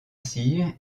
cyr